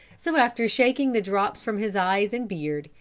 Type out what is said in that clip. so after shaking the drops from his eyes and beard,